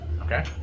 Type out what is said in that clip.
Okay